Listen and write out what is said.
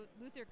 Luther